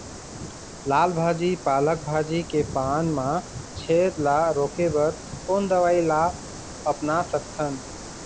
लाल भाजी पालक भाजी के पान मा छेद ला रोके बर कोन दवई ला अपना सकथन?